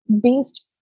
based